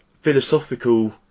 philosophical